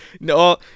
No